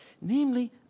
namely